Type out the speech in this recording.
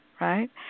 right